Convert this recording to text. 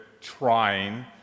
trying